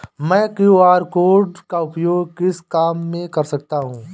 मैं QR code का उपयोग किस काम में कर सकता हूं?